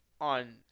on